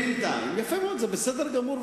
יפה מאוד, זה בסדר גמור.